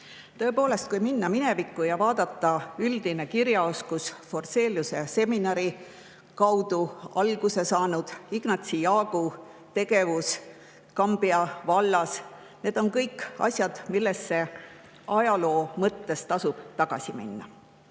Tõepoolest, kui minna minevikku ja vaadata: üldine kirjaoskus, Forseliuse seminari kaudu alguse saanud Ignatsi Jaagu tegevus Kambja vallas – need on kõik asjad, mille juurde ajaloo mõttes tasub tagasi minna. Täna